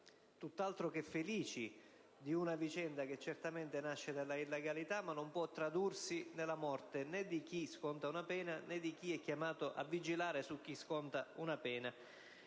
tutt'altro che felici di vicende che certamente nascono dalla illegalità ma non possono tradursi nella morte, né di chi sconta una pena, né di chi è chiamato a vigilare su chi sconta una pena.